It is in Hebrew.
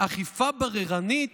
אכיפה בררנית?